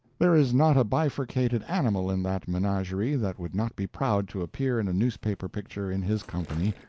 there is not a bifurcated animal in that menagerie that would not be proud to appear in a newspaper picture in his company.